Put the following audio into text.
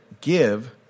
give